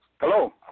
Hello